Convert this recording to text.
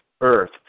earth